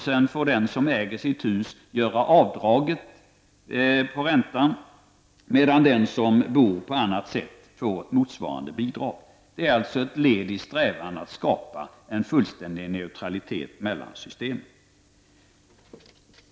Sedan får den som äger sitt hus göra avdraget på räntan, medan den som bor på annat sätt får ett motsvarande bidrag. Det är alltså ett led i strävan att skapa en fullständig neutralitet mellan systemen.